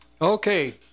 okay